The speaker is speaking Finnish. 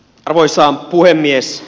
arvoisa puhemies